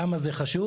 למה זה חשוב?